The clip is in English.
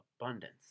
Abundance